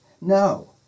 No